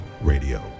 Radio